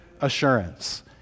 assurance